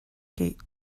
gate